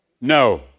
No